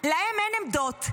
להם אין עמדות.